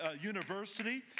university